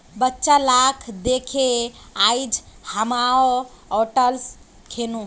बच्चा लाक दखे आइज हामो ओट्स खैनु